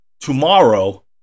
tomorrow